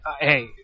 hey